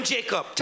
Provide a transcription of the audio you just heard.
Jacob